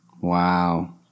Wow